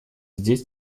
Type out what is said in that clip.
здесь